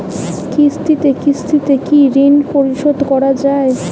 কিস্তিতে কিস্তিতে কি ঋণ পরিশোধ করা য়ায়?